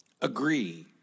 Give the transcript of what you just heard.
agree